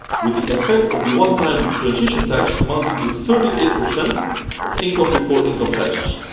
with the effect of the one-time transition tax amounting to thirty eight percent of income before income taxes.